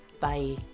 bye